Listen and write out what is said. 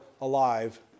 alive